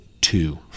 two